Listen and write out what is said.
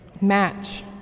match